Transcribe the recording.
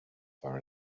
far